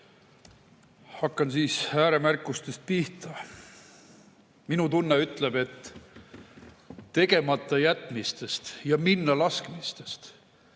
Hakkan siis ääremärkustest pihta. Minu tunne ütleb, et tegematajätmistest, minnalaskmistest